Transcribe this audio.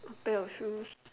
a pair of shoes